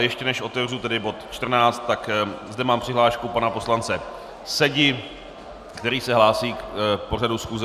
Ještě než otevřu bod 14, tak zde mám přihlášku pana poslance Sedi, který se hlásí k pořadu schůze.